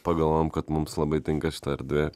pagalvojom kad mums labai tinka šita erdvė